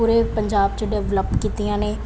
ਪੂਰੇ ਪੰਜਾਬ 'ਚ ਡਵੈਲਪ ਕੀਤੀਆਂ ਨੇ